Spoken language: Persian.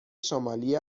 شمالی